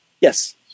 Yes